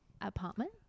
apartment